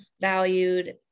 valued